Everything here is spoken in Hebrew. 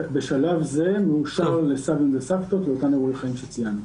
בשלב זה מאושר לסבים וסבתות לאותם אירועי חיים שציינת.